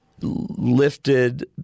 lifted